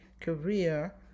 career